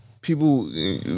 People